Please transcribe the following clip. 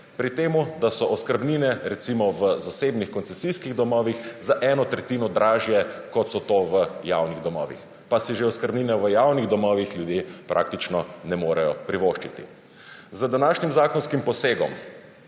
pri tem da so oskrbnine recimo v zasebnih koncesijskih domovih za eno tretjino dražje, kot so v javnih domovih. Pa si že oskrbnine v javnih domovih ljudje praktično ne morejo privoščiti. Z današnjim zakonskim posegom